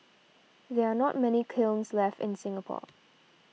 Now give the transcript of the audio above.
there are not many kilns left in Singapore